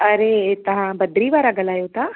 अरे तव्हां बदिरी वारा ॻल्हायो था